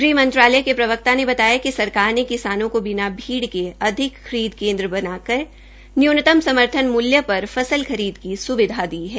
गृहमंत्रालय के प्रवक्ता ने बताया कि सरकार ने किसानों को बिना भीड़ी के अधिक खरीद केन्द्र बनाकर न्यूनतम समर्थन मूल्य पर फसल खरीद की स्विधा दी है